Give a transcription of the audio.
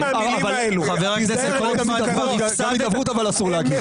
גם הידברות אסור להגיד.